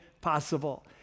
possible